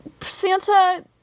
santa